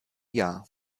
jahr